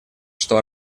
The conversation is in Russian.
что